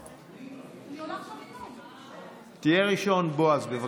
ראשון, בועז, בבקשה.